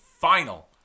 final